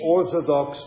Orthodox